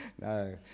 No